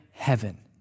heaven